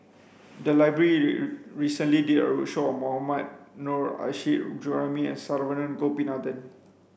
the library recently did a roadshow on Mohammad Nurrasyid Juraimi and Saravanan Gopinathan